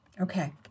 Okay